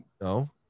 No